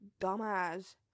dumbass